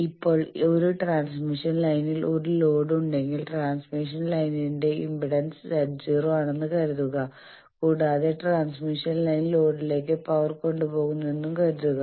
ഇപ്പോൾ ഒരു ട്രാൻസ്മിഷൻ ലൈനിൽ ഒരു ലോഡ് ഉണ്ടെങ്കിൽ ട്രാൻസ്മിഷൻ ലൈനിന്റെ ഇംപെഡൻസ് Z0 ആണെന്ന് കരുതുക കൂടാതെ ട്രാൻസ്മിഷൻ ലൈൻ ലോഡിലേക്ക് പവർ കൊണ്ടുപോകുന്നുണ്ടെന്നും കരുതുക